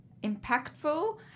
Impactful